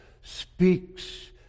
speaks